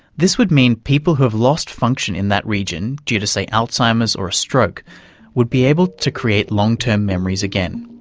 this would mean people who have lost function in that region due to say alzheimer's or a stroke would be able to create long-term memories again.